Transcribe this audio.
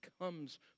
comes